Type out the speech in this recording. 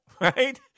right